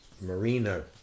Marino